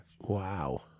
Wow